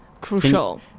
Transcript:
crucial